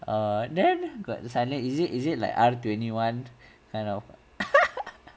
oh then got the is it is it like out of twenty one kind of